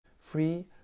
free